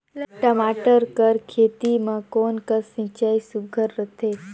टमाटर कर खेती म कोन कस सिंचाई सुघ्घर रथे?